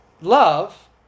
love